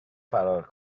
فرار